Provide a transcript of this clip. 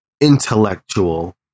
intellectual